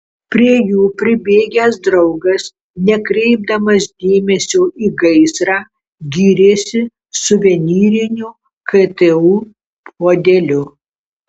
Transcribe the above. prie jų pribėgęs draugas nekreipdamas dėmesio į gaisrą gyrėsi suvenyriniu ktu puodeliu